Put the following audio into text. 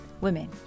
women